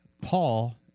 Paul